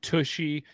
Tushy